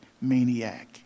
maniac